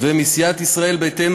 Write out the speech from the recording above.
מסיעת ישראל ביתנו,